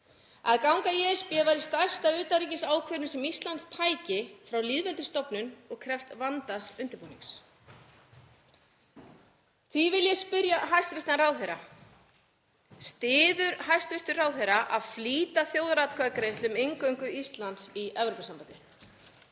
Að ganga í ESB væri stærsta utanríkisákvörðun sem Ísland tæki frá lýðveldisstofnun og krefst vandaðs undirbúnings. Ég vil því spyrja hæstv. ráðherra: Styður hæstv. ráðherra það að flýta þjóðaratkvæðagreiðslu um inngöngu Íslands í Evrópusambandið?